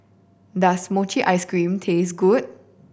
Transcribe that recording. does mochi ice cream taste good